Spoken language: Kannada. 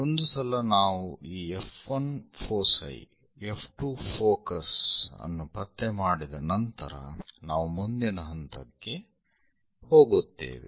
ಒಂದು ಸಲ ನಾವು ಈ F1 ಫೋಸೈ F2 ಫೋಕಸ್ ಅನ್ನು ಪತ್ತೆ ಮಾಡಿದ ನಂತರ ನಾವು ಮುಂದಿನ ಹಂತಕ್ಕೆ ಹೋಗುತ್ತೇವೆ